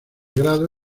grado